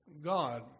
God